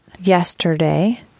yesterday